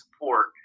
support